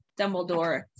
Dumbledore